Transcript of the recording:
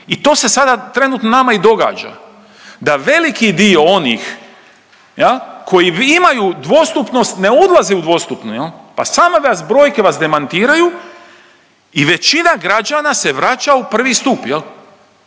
i to sada nama trenutno i događa da veliki dio onih koji imaju dvostupnost ne ulaze u dvostupno. Pa same vas brojke demantiraju i većina građana se vraća u prvi.